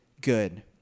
good